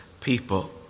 people